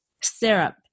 syrup